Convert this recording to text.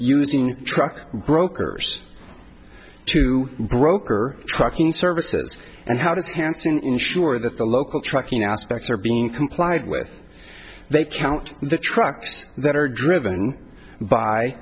using truck brokers to broker trucking services and how does hansen ensure that the local trucking aspects are being complied with they count the trucks that are driven by